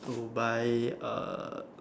to buy a